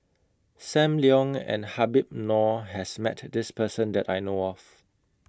SAM Leong and Habib Noh has Met This Person that I know of